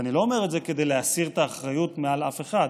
ואני לא אומר את זה כדי להסיר את האחריות מעל אף אחד,